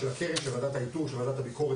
וועדת הביקורת